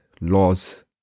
laws